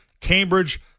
Cambridge